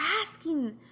asking